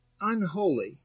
unholy